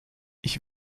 ich